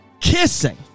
kissing